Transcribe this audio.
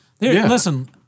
Listen